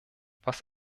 was